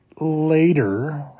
later